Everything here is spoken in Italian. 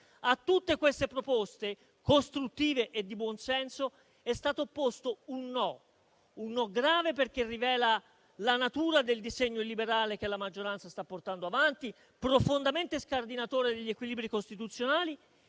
A tutte queste proposte, costruttive e di buonsenso, è stato opposto un no: è un no grave, perché rivela la natura del disegno illiberale che la maggioranza sta portando avanti, profondamente scardinatore degli equilibri costituzionali;